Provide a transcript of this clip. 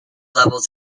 levels